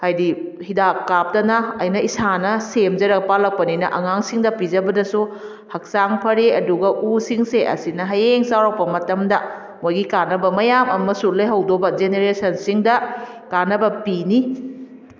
ꯍꯥꯏꯗꯤ ꯍꯤꯗꯥꯛ ꯀꯥꯞꯇꯅ ꯑꯩꯅ ꯏꯁꯥꯅ ꯁꯦꯝꯖꯔꯒ ꯄꯥꯜꯂꯛꯄꯅꯤꯅ ꯑꯉꯥꯡꯁꯤꯡꯗ ꯄꯤꯖꯕꯗꯁꯨ ꯍꯛꯆꯥꯡ ꯐꯔꯦ ꯑꯗꯨꯒ ꯎꯁꯤꯡꯁꯦ ꯑꯁꯤꯅ ꯍꯌꯦꯡ ꯆꯥꯎꯔꯛꯄ ꯃꯇꯝꯗ ꯃꯣꯏꯒꯤ ꯀꯥꯟꯅꯕ ꯃꯌꯥꯝ ꯑꯃꯁꯨ ꯂꯩꯍꯧꯗꯧꯕ ꯖꯦꯅꯔꯦꯁꯟꯁꯤꯡꯗ ꯀꯥꯟꯅꯕ ꯄꯤꯅꯤ